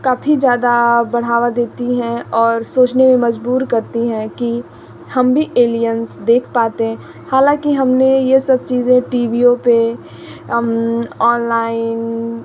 काफ़ी ज़्यादा बढ़ावा देती हैं और सोचने में मजबूर करती हैं कि हम भी एलियंस देख पाते हैं हालांक हम ने यह सब चीज़ें टीवियों पर ऑनलाइन